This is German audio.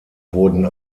wurden